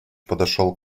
подошел